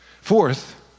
Fourth